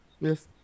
yes